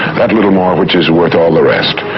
that little more which is worth all the rest.